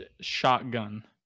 Shotgun